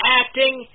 acting